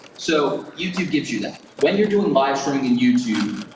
so youtube gives you that. when you're doing live stream in youtube,